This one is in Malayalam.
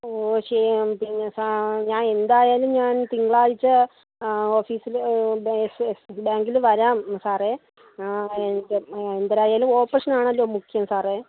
പിന്നെ ഞാൻ എന്തായാലും ഞാൻ തിങ്കളാഴ്ച ഓഫീസിൽ ബാങ്കിൽ വരാം സാറേ എനിക്ക് എന്തരായാലും ഓപ്പറേഷനാണല്ലോ മുഖ്യം സാറേ